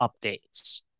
updates